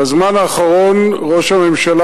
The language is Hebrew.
בזמן האחרון ראש הממשלה,